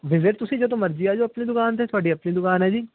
visit ਤੁਸੀਂ ਜਦੋਂ ਮਰਜ਼ੀ ਆ ਜਾਓ ਆਪਣੀ ਦੁਕਾਨ 'ਤੇ ਤੁਹਾਡੀ ਆਪਣੀ ਦੁਕਾਨ ਹੈ ਜੀ